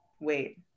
wait